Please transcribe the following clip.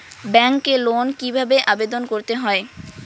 ব্যাংকে লোন কিভাবে আবেদন করতে হয়?